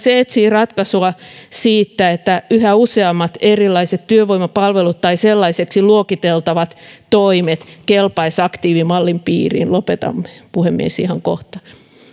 se etsii ratkaisua siitä että yhä useammat erilaiset työvoimapalvelut tai sellaiseksi luokiteltavat toimet kelpaisivat aktiivimallin piiriin lopetan puhemies ihan kohta